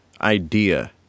idea